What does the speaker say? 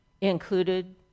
included